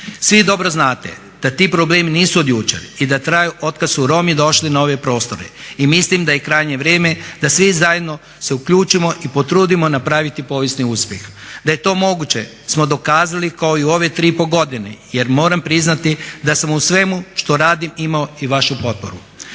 Svi dobro znate da ti problemi nisu od jučer i da traju od kada su Romi došli na ove prostore i mislim daje krajnje vrijeme da se svi zajedno uključimo i potrudimo napraviti povijesni uspjeh. Da je to moguće smo dokazali kao i u ove 3,5 godine jer moram priznati da sam u svemu što radim imao i vašu potporu.